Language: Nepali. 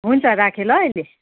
हुन्छ राखेँ ल अहिले